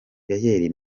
yayeli